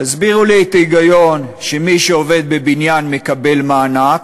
תסבירו לי את ההיגיון שמי שעובד בבניין מקבל מענק,